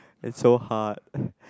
it's so hard